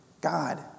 God